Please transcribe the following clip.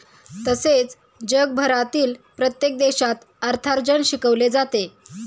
तसेच जगभरातील प्रत्येक देशात अर्थार्जन शिकवले जाते